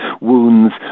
wounds